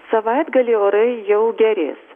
savaitgalį orai jau gerės